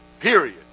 Period